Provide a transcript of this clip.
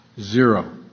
zero